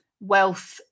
wealth